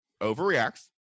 overreacts